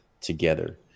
together